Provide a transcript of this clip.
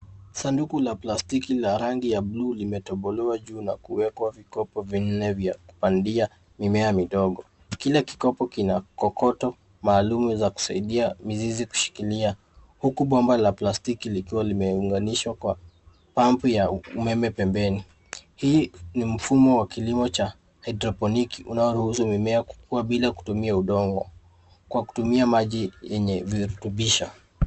Sanduku la plastiki la rangi ya bluu limetobolewa juu na kuwekwa vikopo vinne vya kupandia mimea midogo. Kila kikopo kina kokoto maalum za kusaidia mizizi kushikilia huku bomba la plastiki likiwa limeunganishwa kwa pump ya umeme pembeni. Hii ni mfumo wa kilimo cha haidroponiki unaoruhusu mimea kukua bila kutumia udongo kwa kutumia maji yenye virutubisho.